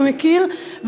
ומכיר,